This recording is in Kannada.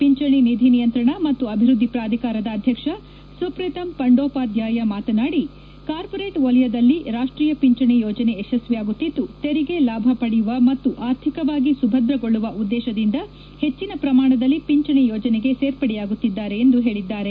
ಪಿಂಚಣಿ ನಿಧಿ ನಿಯಂತ್ರಣ ಮತ್ತು ಅಭಿವೃದ್ದಿ ಪ್ರಾಧಿಕಾರದ ಆಧ್ಯಕ್ಷ ಸುಪ್ರತಿಮ್ ಬಂಡೋಪಾಧ್ಗಾಯ ಮಾತನಾಡಿ ಕಾರ್ಮೋರೇಟ್ ವಲಯದಲ್ಲಿ ರಾಷ್ಟೀಯ ಪಿಂಚಣಿ ಯೋಜನೆ ಯಶಸ್ತಿಯಾಗುತ್ತಿದ್ದು ತೆರಿಗೆ ಲಾಭ ಪಡೆಯುವ ಮತ್ತು ಆರ್ಥಿಕವಾಗಿ ಸುಭದ್ರಗೊಳ್ಳುವ ಉದ್ದೇಶದಿಂದ ಹೆಚ್ಚಿನ ಪ್ರಮಾಣದಲ್ಲಿ ಪಿಂಜಣಿ ಯೋಜನೆಗೆ ಸೇರ್ಪಡೆಯಾಗುತ್ತಿದ್ದಾರೆ ಎಂದು ಪೇಳದರು